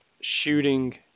shooting